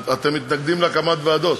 אתם מתנגדים להקמת ועדות,